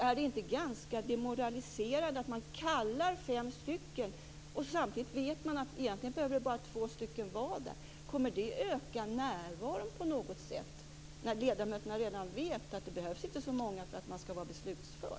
Är det inte ganska demoraliserande att kalla fem personer när dessa vet att det egentligen bara behöver komma två? Kommer närvaron att förbättras när ledamöterna vet att det inte behövs så många för att nämnden ska vara beslutför?